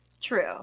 true